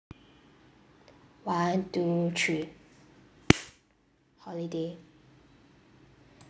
one two three holiday